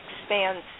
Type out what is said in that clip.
expands